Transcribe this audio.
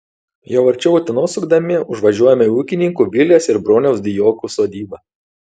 jau arčiau utenos sukdami užvažiuojame į ūkininkų vilės ir broniaus dijokų sodybą